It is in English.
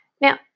Now